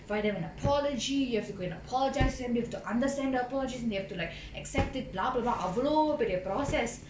find them and apology you have to go and apologise them they have to understand apologies and they have to like accept it blah blah blah அவ்ளோ பெரிய:avlo periya process